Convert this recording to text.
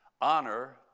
honor